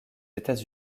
états